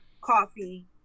Coffee